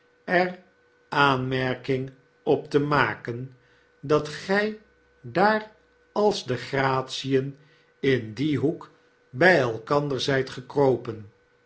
er aanmerking op te maken dat gy daar als de gratien in dien hoek by elkander zjjt gekropen